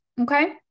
okay